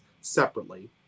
separately